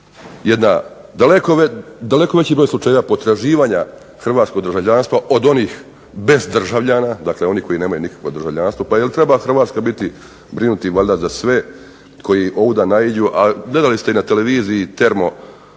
jedan daleko veći broj slučajeva potraživanja hrvatskog državljanstva od onih bezdržavljana, dakle onih koji nemaju nikakvo državljanstvo, pa jel' treba Hrvatska brinuti valjda za sve koji ovuda naiđu, a gledali ste i na televiziji